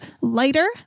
lighter